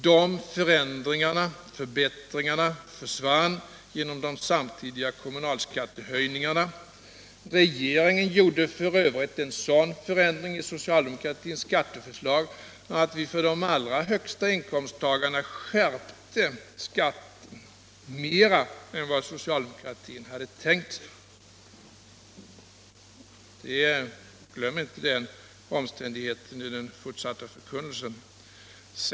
Dessa förbättringar försvann genom de samtidiga kommunalskattehöjningarna. Regeringen föreslog f.ö. en sådan förändring i förhållande till socialdemokratins skatteförslag att vi för de allra högsta inkomsttagarna skärpte skatten mer än vad socialdemokratin hade tänkt sig. Glöm inte den omständigheten i den fortsatta förkunnelsen!